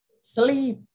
sleep